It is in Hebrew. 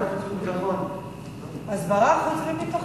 מתעסקת בהסברה.